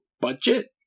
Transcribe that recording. budget